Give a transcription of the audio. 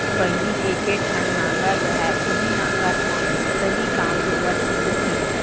पहिली एके ठन नांगर रहय उहीं नांगर म सरी काम होवत रिहिस हे